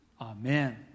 Amen